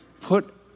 put